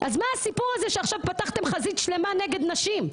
אז מה הסיפור הזה שעכשיו פתחתם חזית שלמה נגד נשים?